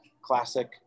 classic